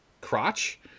crotch